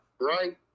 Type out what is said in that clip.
right